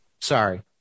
sorry